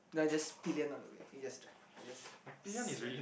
no I just pillion all the way you just drive I just slack